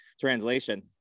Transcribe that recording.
translation